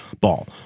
ball